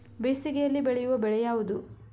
ಬೇಸಿಗೆಯಲ್ಲಿ ಬೆಳೆಯುವ ಬೆಳೆ ಯಾವುದು?